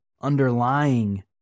underlying